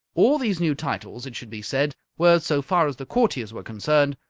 all these new titles, it should be said, were, so far as the courtiers were concerned,